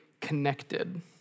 connected